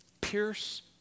pierce